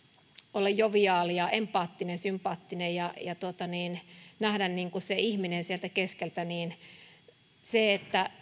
joviaali ja empaattinen sympaattinen ja nähdä se ihminen sieltä keskeltä mutta se että